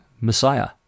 Messiah